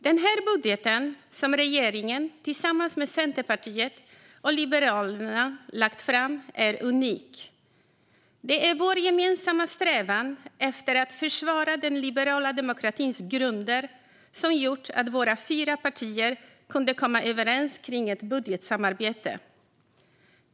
Den budget som regeringen tillsammans med Centerpartiet och Liberalerna har lagt fram är unik. Det är vår gemensamma strävan efter att försvara den liberala demokratins grunder som har gjort att våra fyra partier har kunnat komma överens kring ett budgetsamarbete.